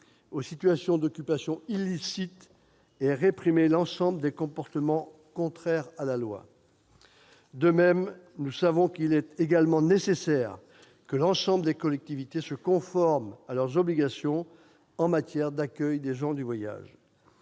aux situations d'occupations illicites et réprimer l'ensemble des comportements contraires à la loi. De même, nous savons qu'il est nécessaire que l'ensemble des collectivités se conforment à leurs obligations en matière d'accueil des gens du voyage.